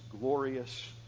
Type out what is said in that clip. glorious